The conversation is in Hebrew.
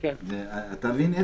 איתן, אתה מבין?